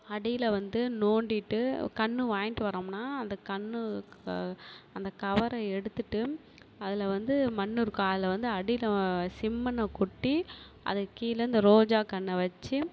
அடியில் வந்து நோண்டிவிட்டு கன்று வாங்கிட்டு வரோம்னா அந்த கன்னு அந்த கவரை எடுத்துட்டு அதில் வந்து மண்ணு இருக்கும் அதில் வந்து அடியில் செம்மண்ணை கொட்டி அதுக்கு கீழே இந்த ரோஜா கன்றை வச்சு